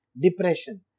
depression